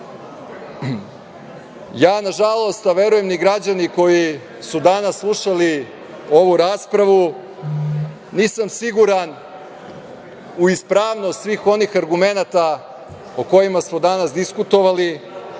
nažalost, a verujem ni građani koji su danas slušali ovu raspravu, nisam siguran u ispravnost svih onih argumenata o kojima smo danas diskutovali,